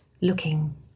looking